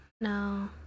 No